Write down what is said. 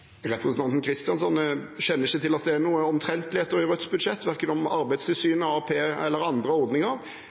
kjenner ikke til at det er noen omtrentligheter i Rødts budsjett, verken om arbeidstilsynet, AAP eller andre ordninger.